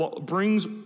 brings